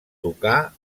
tocà